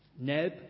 Neb